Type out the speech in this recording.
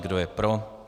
Kdo je pro?